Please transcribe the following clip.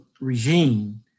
regime